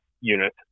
unit